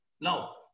Now